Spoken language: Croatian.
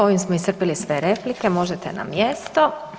Ovim smo iscrpili sve replike, možete na mjesto.